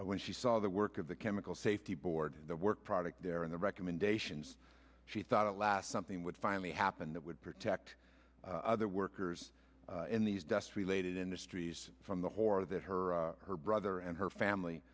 that when she saw the work of the chemical safety board and the work product there and the recommendations she thought at last something would finally happen that would protect other workers in these dust related industries from the horror that her her brother and her family